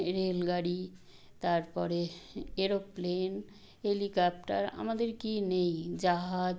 রেলগাড়ি তারপরে aeroplane helicopter আমাদের কী নেই জাহাজ